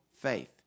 faith